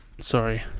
Sorry